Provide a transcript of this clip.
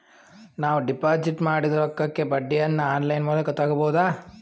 ನಾವು ಡಿಪಾಜಿಟ್ ಮಾಡಿದ ರೊಕ್ಕಕ್ಕೆ ಬಡ್ಡಿಯನ್ನ ಆನ್ ಲೈನ್ ಮೂಲಕ ತಗಬಹುದಾ?